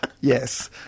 yes